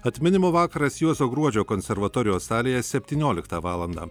atminimo vakaras juozo gruodžio konservatorijos salėje septynioliktą valandą